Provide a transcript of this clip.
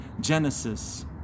Genesis